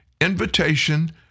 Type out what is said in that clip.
invitation